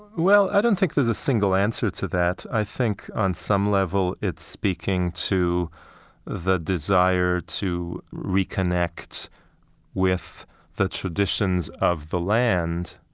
well, i don't think there's a single answer to that. i think on some level it's speaking to the desire to reconnect with the traditions of the land,